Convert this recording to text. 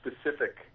specific